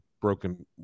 broken